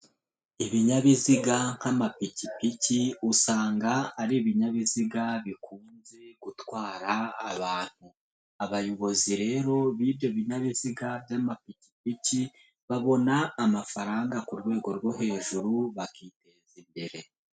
Ibinyabiziga nk'amapikipiki usanga ari ibinyabiziga bikunze gutwara abantu. Abayobozi rero b'ibyo binyabiziga by'amapikipiki, babona amafaranga ku rwego rwo hejuru bakiteza imbere.